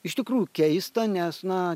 iš tikrųjų keista nes na